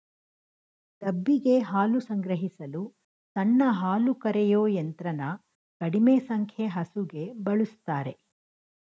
ಡಬ್ಬಿಗೆ ಹಾಲು ಸಂಗ್ರಹಿಸಲು ಸಣ್ಣ ಹಾಲುಕರೆಯೋ ಯಂತ್ರನ ಕಡಿಮೆ ಸಂಖ್ಯೆ ಹಸುಗೆ ಬಳುಸ್ತಾರೆ